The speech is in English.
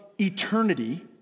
eternity